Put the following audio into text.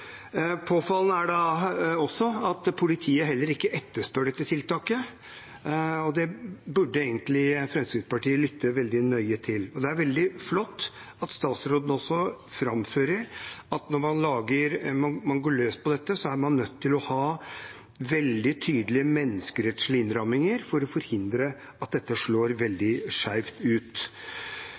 burde egentlig Fremskrittspartiet lytte veldig nøye til. Det er veldig flott at statsråden også framfører at man når man går løs på dette, er man nødt til å ha veldig tydelige menneskerettslige innramminger for å forhindre at dette slår veldig skjevt ut.